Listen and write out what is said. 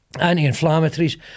anti-inflammatories